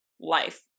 life